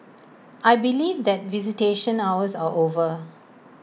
I believe that visitation hours are over